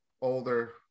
older